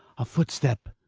a footstep.